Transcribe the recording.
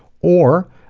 or